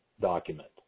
document